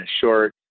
short